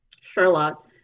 Sherlock